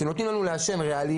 אתם נותנים לנו לעשן רעלים,